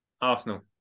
Arsenal